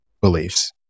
beliefs